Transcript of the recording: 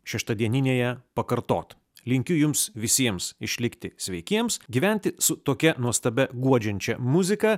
šeštadieninėje pakartot linkiu jums visiems išlikti sveikiems gyventi su tokia nuostabia guodžiančia muzika